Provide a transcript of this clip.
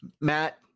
Matt